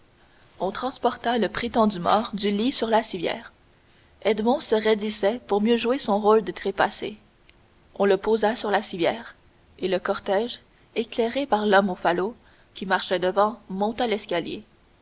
on transporta le prétendu mort du lit sur la civière edmond se raidissait pour mieux jouer son rôle de trépassé on le posa sur la civière et le cortège éclairé par l'homme au falot qui marchait devant monta l'escalier